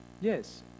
Yes